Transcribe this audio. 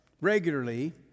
regularly